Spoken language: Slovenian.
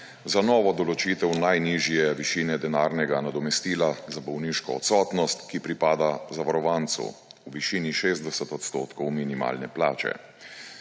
za novo določitev najnižje višine denarnega nadomestila za bolniško odsotnost, ki pripada zavarovancu v višini 60 % minimalne plače.